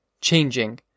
changing